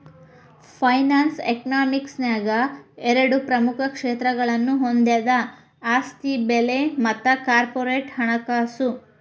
finance economics ನ್ಯಾಗ ಎರಡ ಪ್ರಮುಖ ಕ್ಷೇತ್ರಗಳನ್ನ ಹೊಂದೆದ ಆಸ್ತಿ ಬೆಲೆ ಮತ್ತ ಕಾರ್ಪೊರೇಟ್ ಹಣಕಾಸು